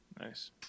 nice